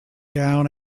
down